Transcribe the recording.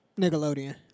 Nickelodeon